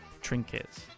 trinkets